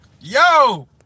Yo